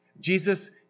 Jesus